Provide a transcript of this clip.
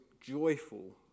joyful